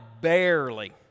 barely